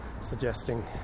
suggesting